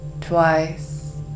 twice